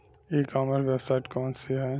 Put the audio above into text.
ई commerce website कौन सी है?